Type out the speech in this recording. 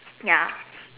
ya